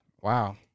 wow